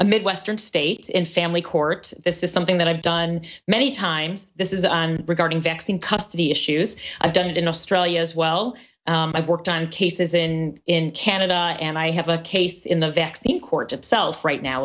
a midwestern state in family court this is something that i've done many times this is on regarding vaccine custody issues i've done it in australia as well i've worked on cases in in canada and i have a case in the vaccine court itself right now